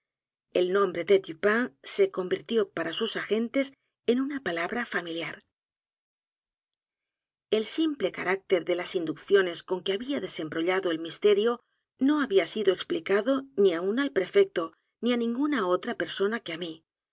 el nombre de dupin se convirtió para sus agentes en una palabra familiar el simple carácter de las inducciones con que había desembrollado el misterio no había sido explicado ni aun al prefecto ni á ninguna otra persona que á mí